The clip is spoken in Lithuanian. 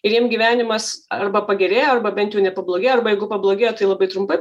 ir jiem gyvenimas arba pagerėjo arba bent jau nepablogėjo arba jeigu pablogėjo tai labai trumpai